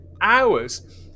hours